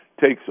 takes